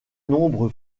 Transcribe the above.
nombre